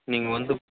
நீங்கள் வந்து